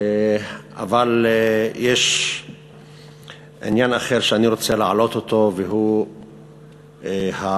אבל יש עניין אחר שאני רוצה להעלות והוא השביתה